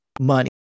money